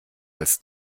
als